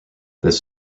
this